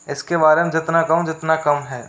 इस के बारे में जितना कहूँ जितना कम है